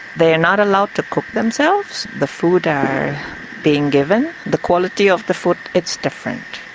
they are not allowed to cook themselves, the food are being given. the quality of the food, it's different.